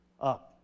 up